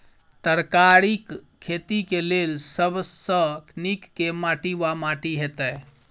तरकारीक खेती केँ लेल सब सऽ नीक केँ माटि वा माटि हेतै?